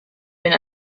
been